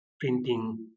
printing